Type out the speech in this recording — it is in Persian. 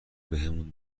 بهمون